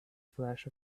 flash